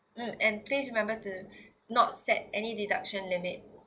mm and please remember to not set any deduction limits